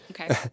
Okay